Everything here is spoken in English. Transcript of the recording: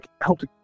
helped